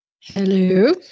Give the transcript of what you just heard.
hello